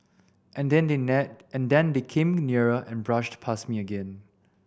and then they and they became nearer and brushed past me again